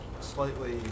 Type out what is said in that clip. slightly